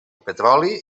petroli